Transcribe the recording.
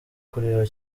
kureba